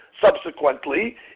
subsequently